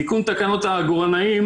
תיקון תקנות העגורנאים